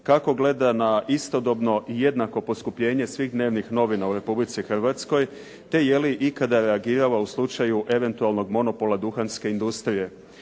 kako gleda na istodobno jednako poskupljenje svih dnevnih novina u Republici Hrvatskoj te je li ikada reagirala u slučaju eventualnog monopola duhanske industrije.